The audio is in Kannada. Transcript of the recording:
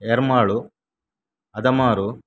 ಎರ್ಮಾಳು ಅದಮಾರು